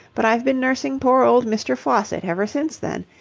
but i've been nursing poor old mr. faucitt ever since then.